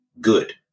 good